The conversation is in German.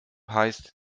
heißt